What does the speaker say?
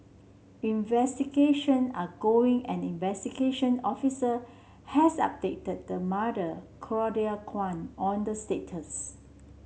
investigation are going and investigation officer has updated the mother Claudia Kwan on the status